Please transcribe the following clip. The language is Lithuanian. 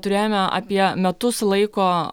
turėjome apie metus laiko